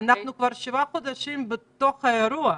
אנחנו כבר שבעה חודשים בתוך האירוע.